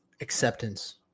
acceptance